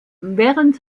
während